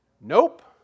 Nope